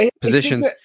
positions